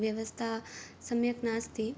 व्यवस्था सम्यक् नास्ति